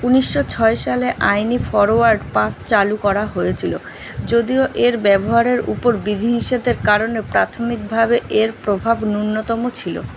উনিশশো ছয় সালে আইনী ফরওয়ার্ড পাস চালু করা হয়েছিল যদিও এর ব্যবহারের উপর বিধিনিষেধের কারণে প্রাথমিকভাবে এর প্রভাব ন্যূন্যতম ছিল